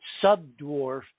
sub-dwarf